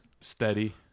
steady